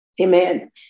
Amen